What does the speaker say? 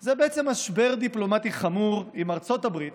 זה בעצם משבר דיפלומטי חמור עם ארצות הברית,